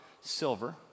silver